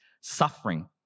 suffering